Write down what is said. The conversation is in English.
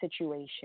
situation